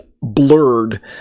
blurred